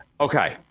Okay